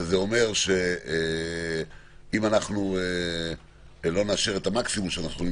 וזה אומר שאם לא נאשר את המקסימום שאנחנו יכולים